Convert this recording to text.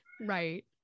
Right